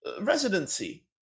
residency